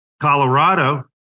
Colorado